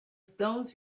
stones